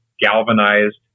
galvanized